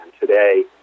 today